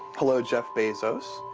hello, jeff bezos.